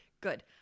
good